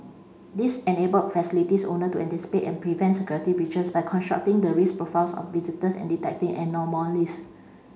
this enable facilities owner to anticipate and prevent security breaches by constructing the risk profiles of visitors and detecting anomalies